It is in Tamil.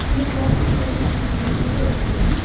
இன்றைக்கி இராத்திரி ஏழு மணிக்கு ஊபர் புக் பண்ணு